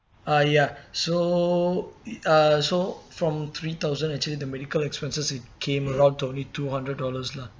ah ya so uh so from three thousand actually the medical expenses it came around to only two hundred dollars lah